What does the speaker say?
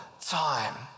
time